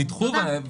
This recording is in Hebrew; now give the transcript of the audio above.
פרויקטים נדחו,